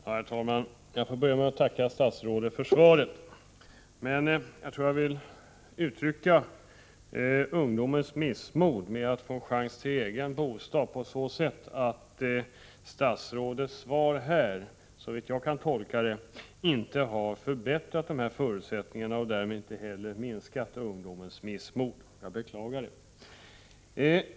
Herr talman! Jag får börja med att tacka statsrådet för svaret. Jag tror att jag vill uttrycka ungdomens missmod när det gäller att få en chans till egen bostad på så sätt att statsrådets svar, såvitt jag kan tolka det, inte förbättrat deras förutsättningar och därmed inte heller minskat ungdomens missmod. Jag beklagar det.